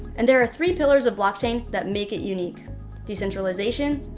and there are three pillars of blockchain that make it unique decentralization,